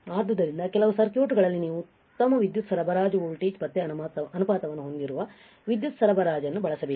ಆದ್ದರಿಂದ ಕೆಲವು ಸರ್ಕ್ಯೂಟ್ಗಳಲ್ಲಿ ನೀವು ಉತ್ತಮ ವಿದ್ಯುತ್ ಸರಬರಾಜು ವೋಲ್ಟೇಜ್ ಪತ್ತೆ ಅನುಪಾತವನ್ನು ಹೊಂದಿರುವ ವಿದ್ಯುತ್ ಸರಬರಾಜನ್ನು ಬಳಸಬೇಕು